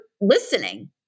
listening